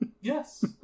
Yes